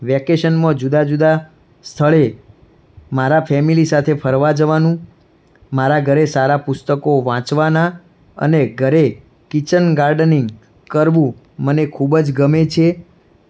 વેકેશનમાં જુદા જુદા સ્થળે મારા ફેમેલી સાથે ફરવા જવાનું મારા ઘરે સારા પુસ્તકો વાંચવાના અને ઘરે કિચન ગાર્ડનીંગ કરવું મને ખૂબ જ ગમે છે